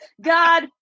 God